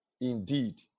indeed